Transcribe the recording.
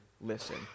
listen